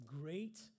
great